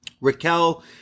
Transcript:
Raquel